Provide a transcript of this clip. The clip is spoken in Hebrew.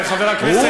חבר הכנסת,